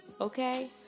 Okay